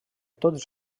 tots